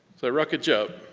so, rocketjob.